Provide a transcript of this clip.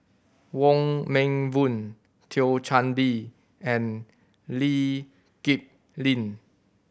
Wong Meng Voon Thio Chan Bee and Lee Kip Lin